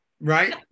right